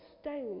stone